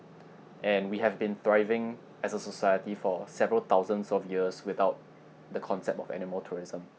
and we have been thriving as a society for several thousands of years without the concept of animal tourism